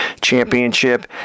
championship